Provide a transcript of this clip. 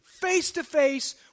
face-to-face